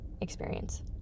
experience